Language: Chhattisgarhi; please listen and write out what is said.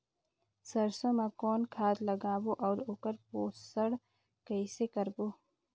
सरसो मा कौन खाद लगाबो अउ ओकर पोषण कइसे करबो?